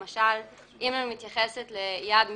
למשל, אם אני מתייחס ליעד מס'